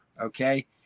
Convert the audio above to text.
Okay